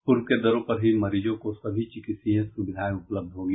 पूर्व के दरों पर ही मरीजों को सभी चिकित्सीय सुविधाएं उपलब्ध होंगी